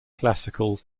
classical